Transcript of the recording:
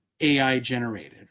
AI-generated